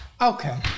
Okay